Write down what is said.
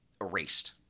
Erased